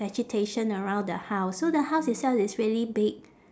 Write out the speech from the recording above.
vegetation around the house so the house itself is really big